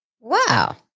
Wow